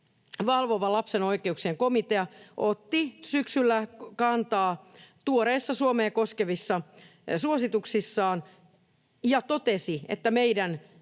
valvova lapsen oikeuksien komitea otti syksyllä kantaa tuoreissa Suomea koskevissa suosituksissaan, ja he suosittelevat